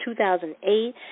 2008